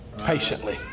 patiently